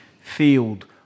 field